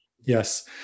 yes